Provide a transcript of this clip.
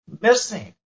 missing